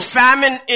famine